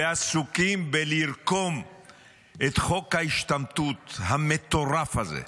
ועסוקים בלרקום את חוק ההשתמטות המטורף הזה.